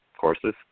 courses